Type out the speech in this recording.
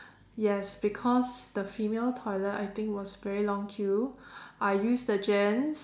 yes because the female toilet I think was very long queue I used the gents